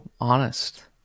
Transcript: honest